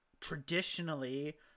traditionally